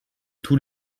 tous